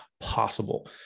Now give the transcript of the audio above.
possible